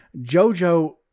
Jojo